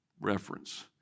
reference